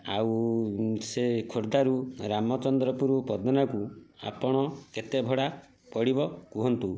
ଆଉ ସେ ଖୋର୍ଦ୍ଧାରୁ ରାମଚନ୍ଦ୍ରପୁର ପଦନାକୁ ଆପଣ କେତେ ଭଡ଼ା ପଡ଼ିବ କୁହନ୍ତୁ